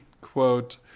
quote